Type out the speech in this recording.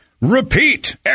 repeat